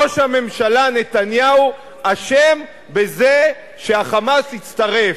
ראש הממשלה נתניהו אשם בזה שה"חמאס" הצטרף.